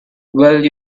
well